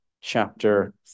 chapter